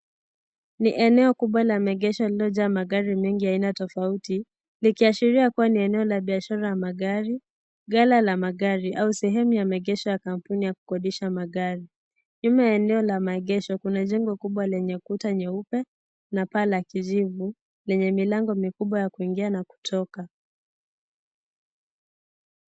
Ni eneo kubwa la maegesho lililojaa magari mengi aina tofauti likiashiria kuwa ni eneo la biashara ya magari, gala la magari au sehemu ya maegesho ya kampuni ya kukodisha magari .Nyuma ya eneo la maegesho kuna jengo kubwa lenye ukuta nyeupe na paa la kijivu lenye milango mikubwa ya kuingia na kutoka.